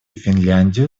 финляндию